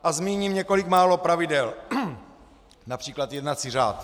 A zmíním několik málo pravidel, například jednací řád.